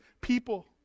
people